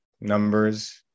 numbers